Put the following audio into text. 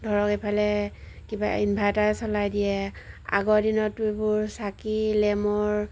ধৰক এইফালে কিবা ইনভাৰ্টাৰ চলাই দিয়ে আগৰ দিনতটো এইবোৰ চাকি লেম্পৰ